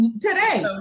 today